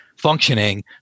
functioning